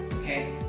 okay